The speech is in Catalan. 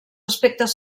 aspectes